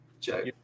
check